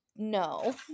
No